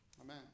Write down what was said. Amen